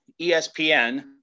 ESPN